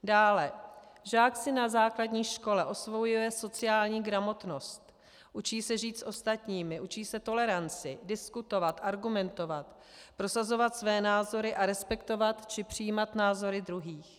Dále si žák na základní škole osvojuje sociální gramotnost, učí se žít s ostatními, učí se toleranci, diskutovat, argumentovat, prosazovat své názory a respektovat či přijímat názory druhých.